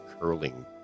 Curling